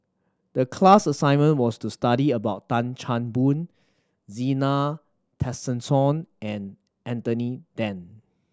the class assignment was to study about Tan Chan Boon Zena Tessensohn and Anthony Then